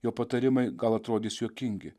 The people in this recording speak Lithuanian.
jo patarimai gal atrodys juokingi